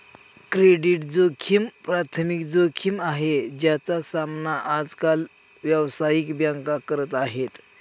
credit जोखिम प्राथमिक जोखिम आहे, ज्याचा सामना आज काल व्यावसायिक बँका करत आहेत